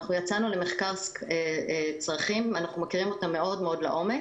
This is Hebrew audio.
יצאנו למחקר צרכים אנחנו מכירים אותם לעומק